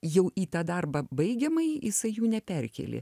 jau į tą darbą baigiamąjį jisai jų neperkėlė